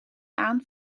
aan